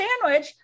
sandwich